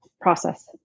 process